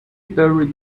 every